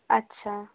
আচ্ছা